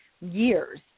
years